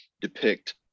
depict